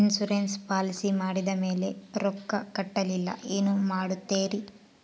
Insurance policy ಮಾಡಿದ ಮೇಲೆ ರೊಕ್ಕ ಕಟ್ಟಲಿಲ್ಲ ಏನು ಮಾಡುತ್ತೇರಿ?